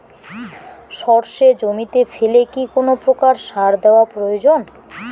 সর্ষে জমিতে ফেলে কি কোন প্রকার সার দেওয়া প্রয়োজন?